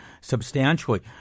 substantially